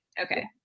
Okay